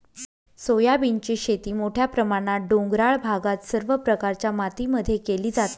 सोयाबीनची शेती मोठ्या प्रमाणात डोंगराळ भागात सर्व प्रकारच्या मातीमध्ये केली जाते